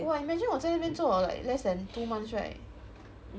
!wah! imagine 我在那边做 like less than two months right